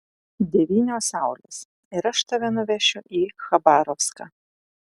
devynios saulės ir aš tave nuvešiu į chabarovską